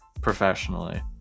professionally